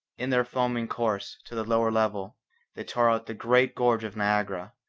in their foaming course to the lower level they tore out the great gorge of niagara,